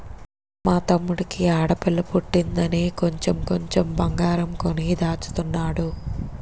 మా తమ్ముడికి ఆడపిల్ల పుట్టిందని కొంచెం కొంచెం బంగారం కొని దాచుతున్నాడు